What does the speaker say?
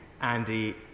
Andy